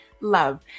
love